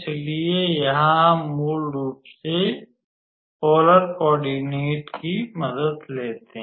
इसलिए यहां हम मूल रूप से पोलर कॉर्डीनेट्स की मदद लेते हैं